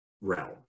realm